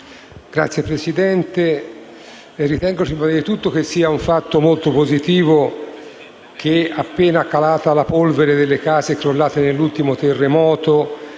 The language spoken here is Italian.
colleghi, ritengo anzitutto che sia un fatto molto positivo che, appena calata la polvere delle case crollate nell'ultimo terremoto,